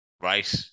right